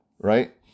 right